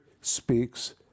speaks